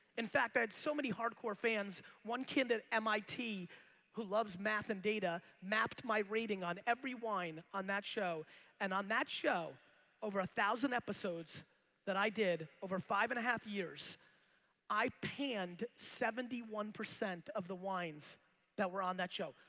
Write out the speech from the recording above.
in fact, i had so many hard-core fans, one kid at mit who loves math and data mapped my rating on every wine on that show and on that show over a thousand episodes that i did over five and one two years i paned seventy one percent of the wines that were on that show.